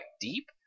deep